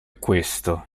questo